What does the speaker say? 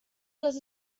les